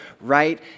right